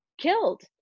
killed